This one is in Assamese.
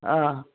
অঁ